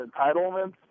entitlements